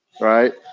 right